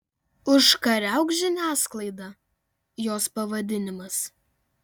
užkariauk žiniasklaidą jos pavadinimas